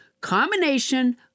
combination